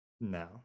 No